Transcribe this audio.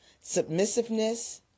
submissiveness